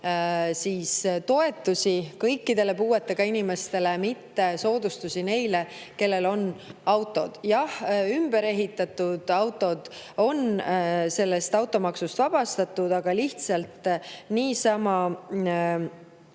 saada toetusi kõikidele puuetega inimestele, mitte soodustusi neile, kellel on auto. Jah, ümberehitatud autod on automaksust vabastatud, aga lihtsalt niisama